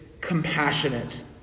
Compassionate